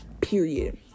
Period